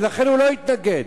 ולכן הוא לא התנגד.